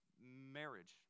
marriage